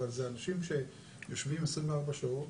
אבל זה אנשים שיושבים 24 שעות,